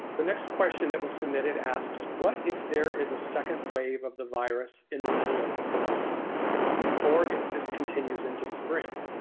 the next question that was submitted asks what if there is a second wave of the virus in the middle of the semester or if this continues into spring?